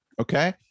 Okay